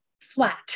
flat